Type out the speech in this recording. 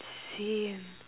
same